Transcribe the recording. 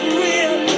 real